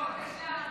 מיכאל,